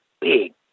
big